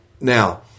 Now